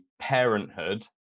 Parenthood